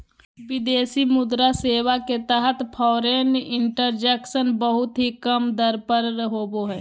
विदेशी मुद्रा सेवा के तहत फॉरेन ट्रांजक्शन बहुत ही कम दर पर होवो हय